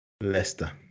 Leicester